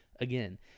again